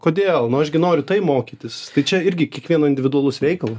kodėl aš gi noriu tai mokytis tai čia irgi kiekvieno individualus reikala